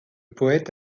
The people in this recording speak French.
poète